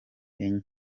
enye